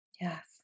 Yes